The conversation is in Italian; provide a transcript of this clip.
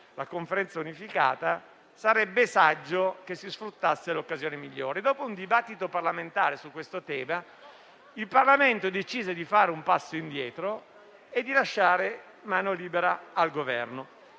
la Conferenza unificata, sarebbe saggio sfruttare l'occasione migliore. Dopo un dibattito parlamentare su questo tema, il Parlamento decise di fare un passo indietro e di lasciare mano libera al Governo,